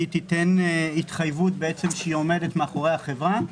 תיתן התחייבות שעומדת מאחורי החברה.